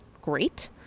Great